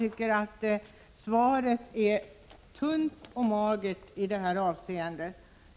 Jag tycker svaret är tunt och magert i det här avseendet.